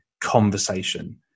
conversation